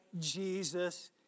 Jesus